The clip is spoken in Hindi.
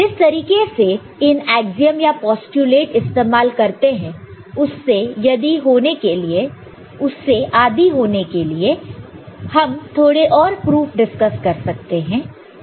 जिस तरीके से इन एग्जीयम या पोस्टयूलेट इस्तेमाल करते हैं उससे आदि होने के लिए हम थोड़े और प्रूफ डिस्कस कर सकते हैं